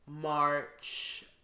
March